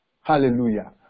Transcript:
Hallelujah